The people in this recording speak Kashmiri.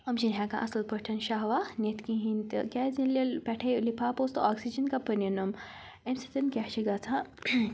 أمۍ چھِنہٕ ہیٚکان اَصٕل پٲٹھۍ شَہوا نِتھ کِہیٖنۍ تہِ کیازِ ییٚلہِ ییٚلہِ پٮ۪ٹھَے لِفاپھ اوس تہٕ آکسیٖجَن کَپٲرۍ نُم امہِ سۭتۍ کیٛاہ چھِ گژھان